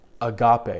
agape